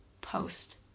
post